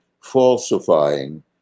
falsifying